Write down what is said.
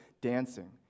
dancing